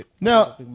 Now